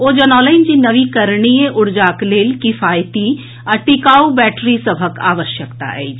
ओ जनौलनि जे नवीकरणीय ऊर्जाक लेल किफायती आ टिकाऊ बैटरी सभक आवश्यकता अछि